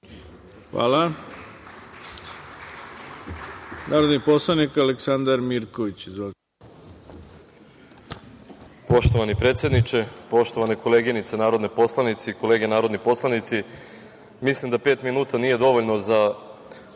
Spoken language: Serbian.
Hvala. Narodni poslanik Aleksandar Mirković